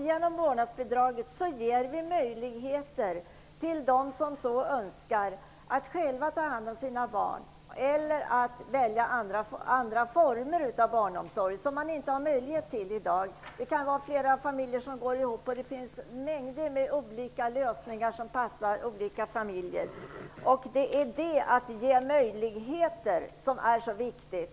Genom vårdnadsbidraget ger vi dem som så önskar möjligheten att själva ta hand om sina barn, och vi ger också människor möjligheten att välja andra former av barnomsorg, barnomsorg som man i dag inte har möjlighet att välja -- det kan vara flera familjer som går ihop, och det finns mängder av olika lösningar som passar olika familjer. Det är detta, att vi ger möjligheter, som är så viktigt.